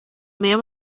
man